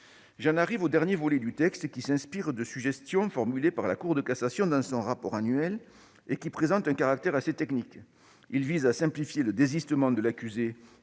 viens enfin au dernier volet du texte, qui s'inspire de suggestions formulées par la Cour de cassation dans son rapport annuel et qui présente un caractère assez technique. Il tend à simplifier le désistement de l'accusé